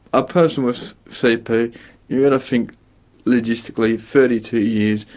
a person with cp, you've got to think logistically thirty two years,